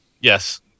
Yes